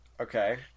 Okay